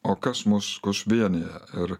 o kas mus vienija ir